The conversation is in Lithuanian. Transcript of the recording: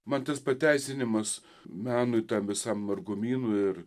man tas pateisinimas menui tam visam margumynui ir